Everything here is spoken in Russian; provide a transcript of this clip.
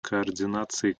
координации